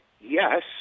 yes